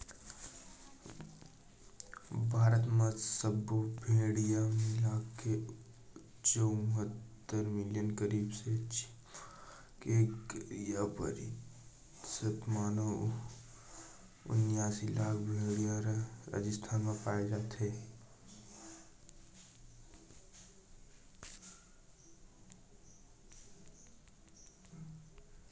भारत म सब्बो भेड़िया मिलाके चउहत्तर मिलियन करीब हे जेमा के गियारा परतिसत माने उनियासी लाख भेड़िया ह राजिस्थान म पाए जाथे